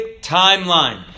timeline